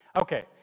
Okay